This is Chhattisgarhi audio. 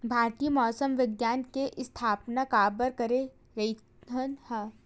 भारती मौसम विज्ञान के स्थापना काबर करे रहीन है?